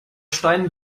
stein